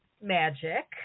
magic